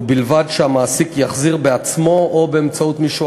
ובלבד שהמעסיק יחזיר בעצמו או באמצעות מישהו